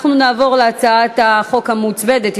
נעבור להצעת החוק המוצמדת,